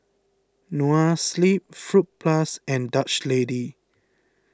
Noa Sleep Fruit Plus and Dutch Lady